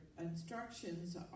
instructions